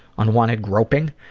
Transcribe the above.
unwanted groping.